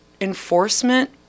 enforcement